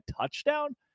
touchdown